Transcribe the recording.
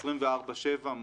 24/7,